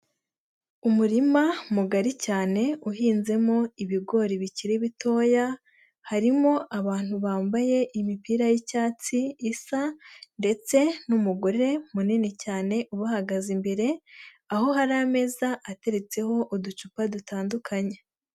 Umurima mugari cyane uhinzemo ibigori bikiri bitoya, harimo abantu bambaye imipira y'icyatsi, isa ndetse n'umugore munini cyane ubahagaze imbere, aho hari ameza ateretseho uducupa dutandukanye.